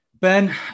Ben